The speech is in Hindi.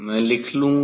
मैं लिख लूंगा